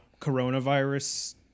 coronavirus